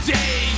day